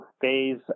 phase